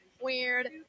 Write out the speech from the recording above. Weird